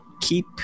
keep